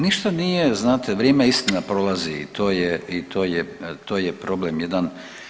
Ništa nije, znate, vrijeme, istina, prolazi i to je problem jedan.